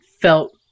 felt